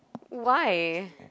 why